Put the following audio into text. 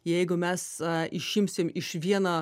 jeigu mes išimsim iš vieno